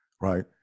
right